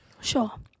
Sure